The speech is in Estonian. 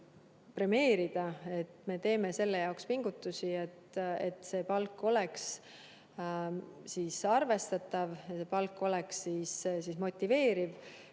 Me teeme selle jaoks pingutusi, et see palk oleks arvestatav, et nende palk oleks motiveeriv.